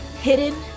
hidden